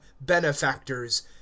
BENEFACTORS